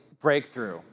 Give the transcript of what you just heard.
breakthrough